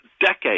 decades